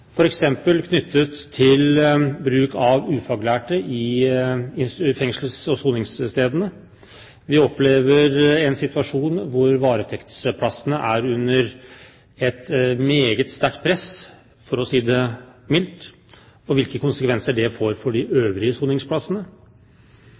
f.eks. knyttet til bruken av ufaglærte i fengslene og ved soningsstedene. Vi opplever en situasjon hvor varetektsplassene er under et meget sterkt press – for å si det mildt – med de konsekvenser det får for de